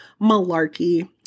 malarkey